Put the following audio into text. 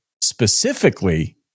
specifically